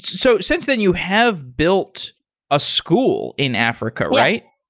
so since then you have built a school in africa, right?